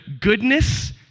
goodness